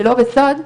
שלא בסוד,